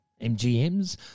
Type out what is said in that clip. MGM's